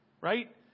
right